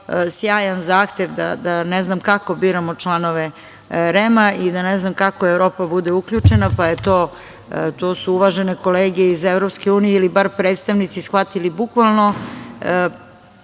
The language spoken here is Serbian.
sjajan zahtev da ne znam kako biramo članove REM-a i da ne znam kako Evropa bude uključena, pa su to uvažene kolege iz EU ili bar predstavnici shvatili bukvalno,